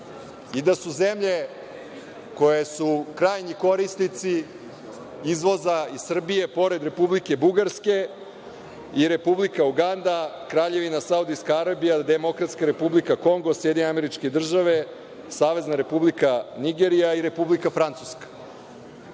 i da su zemlje koje su krajnji korisnici izvoza iz Srbije, pored Republike Bugarske i Republika Uganda, Kraljevina Saudijska Arabija, Demokratska Republika Kongo, SAD, Savezna Republika Nigerija i Republika Francuska. Očigledno